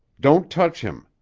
don't touch him,